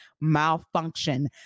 malfunction